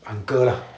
uncle lah